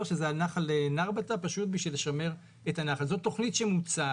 בנחל נרבתא כדי לשמר את הנחל.